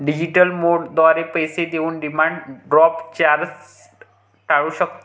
digital मोडद्वारे पैसे देऊन डिमांड ड्राफ्ट चार्जेस टाळू शकता